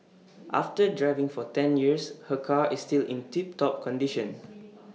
after driving for ten years her car is still in tip top condition